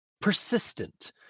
persistent